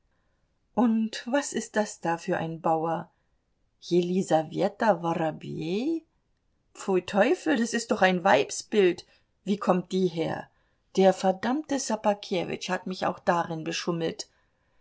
und was ist das da für ein bauer jelisaweta worobej pfui teufel das ist doch ein weibsbild wie kommt die her der verdammte ssobakewitsch hat mich auch darin beschummelt